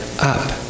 up